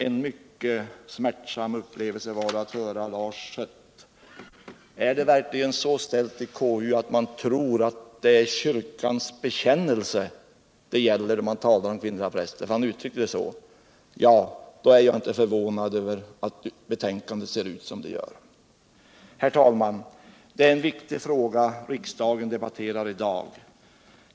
En mycket smärtsam upplevelse för mig var det att höra Lars Schött. Är det verkligen så illa ställt i konstitutionsutskottet att man där tror att det är kyrkans bekännelse det gäller när man talar om kvinnliga präster? Han uttryckte det så. Då är jag inte förvånad över att betänkandet ser ut som det gör. Herr talman! Det är en viktig fråga riksdagen debatterar i dag.